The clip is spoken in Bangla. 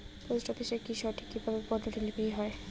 পোস্ট অফিসে কি সঠিক কিভাবে পন্য ডেলিভারি হয়?